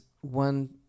one